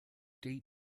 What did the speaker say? date